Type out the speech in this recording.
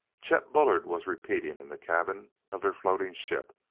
chet bullard was repeating in the cabin of their floating ship.